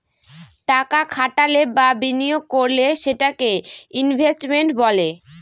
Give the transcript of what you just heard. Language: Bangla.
টাকা খাটালে বা বিনিয়োগ করলে সেটাকে ইনভেস্টমেন্ট বলে